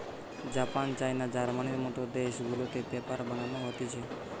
Japan, China, জার্মানির মত দেশ গুলাতে পেপার বানানো হতিছে